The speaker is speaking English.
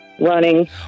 Running